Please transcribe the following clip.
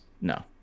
No